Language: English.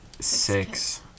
Six